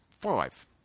Five